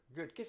Good